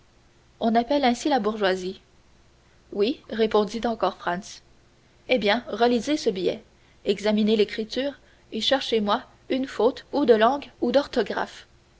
on appelle ainsi la bourgeoisie oui répondit encore franz eh bien relisez ce billet examinez l'écriture et cherchez moi une faute ou de langue ou d'orthographe